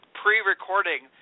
pre-recording